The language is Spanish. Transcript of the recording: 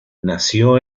nació